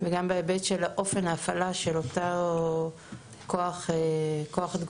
וגם בהיבט של האופן הפעלה של אותה כוח תגובה